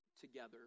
together